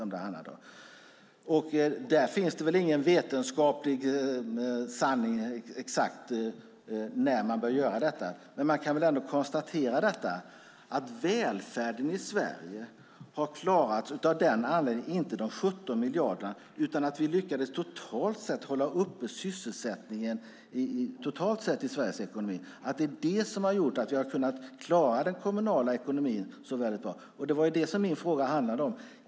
Det finns väl ingen vetenskaplig sanning om exakt när man bör göra detta. Men man kan ändå konstatera att välfärden i Sverige har klarats av en anledning. Det handlar inte om de 17 miljarderna, utan om att vi lyckades hålla uppe sysselsättningen totalt sett i Sveriges ekonomi. Det är det som har gjort att vi har kunnat klara den kommunala ekonomin så bra. Och det var det här som min fråga handlade om.